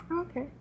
Okay